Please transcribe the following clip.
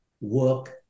work